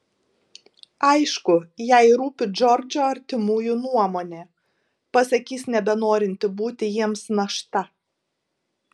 aišku jai rūpi džordžo artimųjų nuomonė pasakys nebenorinti būti jiems našta